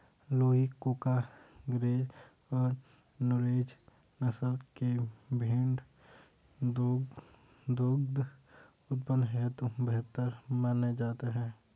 लूही, कूका, गरेज और नुरेज नस्ल के भेंड़ दुग्ध उत्पादन हेतु बेहतर माने जाते हैं